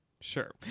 Sure